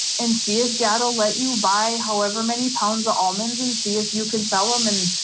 and see if dad will let you buy however many pounds of omens and see if you can sell omen.